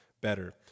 better